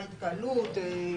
מהי התקהלות,